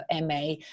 MA